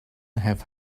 have